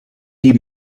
die